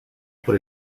por